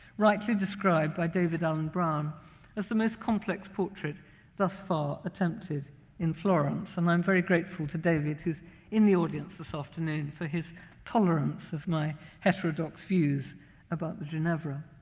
rightly described by david alan brown as the most complex portrait thus far attempted in florence. and i'm very grateful to david, who's in the audience this afternoon, for his tolerance of my heterodox views about the ginevra.